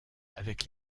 avec